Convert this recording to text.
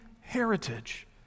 heritage